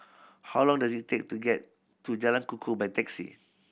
how long does it take to get to Jalan Kukoh by taxi